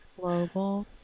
global